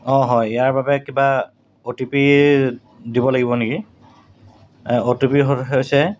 অঁ হয় ইয়াৰ বাবে কিবা অ' টি পি দিব লাগিব নেকি অ' টি পি হৈছে